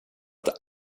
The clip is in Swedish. att